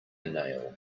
nail